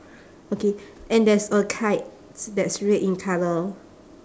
okay and there's a kite that's red in colour